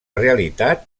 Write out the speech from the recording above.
realitat